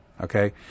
okay